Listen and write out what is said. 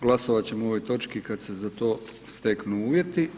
Glasovat ćemo o ovoj točki kad se za to steknu uvjeti.